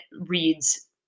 reads